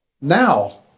Now